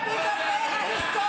למה היא מתערבת לך בעבודה?